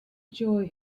joy